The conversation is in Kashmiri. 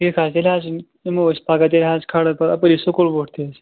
ٹھیٖک حظ تیٚلہِ حظ یِمو أسۍ پگاہ تیٚلہِ حظ کھَارو پَتہٕ اَپٲری سکوٗل بوٗٹھ تہِ حظ